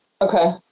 Okay